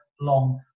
long